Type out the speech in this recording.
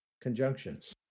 conjunctions